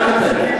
רק אתם.